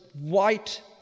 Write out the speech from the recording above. white